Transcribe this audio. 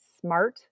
smart